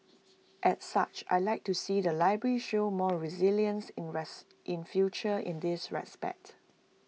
as such I Like to see the library show more resilience in the in future in this respect